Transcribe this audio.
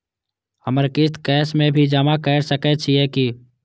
हमर किस्त कैश में भी जमा कैर सकै छीयै की?